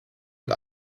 und